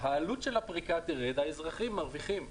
העלות של הפריקה תרד וגם האזרחים ירוויחו.